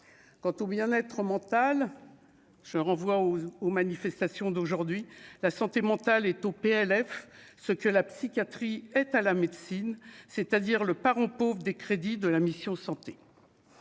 quant au bien-être mental je renvoie aux aux manifestations d'aujourd'hui: la santé mentale est au PLF ce que la psychiatrie est à la médecine, c'est-à-dire le parent pauvre des crédits de la mission santé.